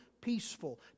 peaceful